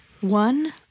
One